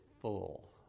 full